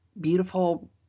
beautiful